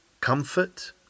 comfort